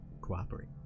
cooperate